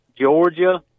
georgia